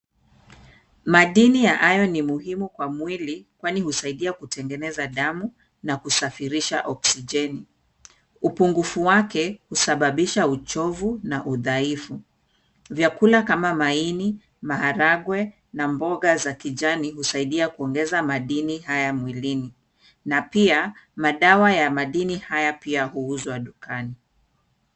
Madini ya iron ni muhimu kwa mwili kwani husaidia kutengeneza damu na kusafirisha oksijeni . Upungufu wake husababisha uchovu na udhaifu. Vyakula kama maini, maharagwe na mboga za kijani husaidia kuongeza madini haya mwilini na pia madawa ya madini haya pia huuzwa dukani.